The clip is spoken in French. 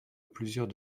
plusieurs